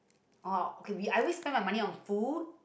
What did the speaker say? oh okay we I always spend money on food